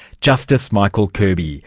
justice michael kirby,